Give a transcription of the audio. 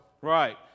Right